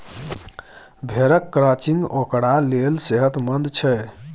भेड़क क्रचिंग ओकरा लेल सेहतमंद छै